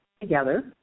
together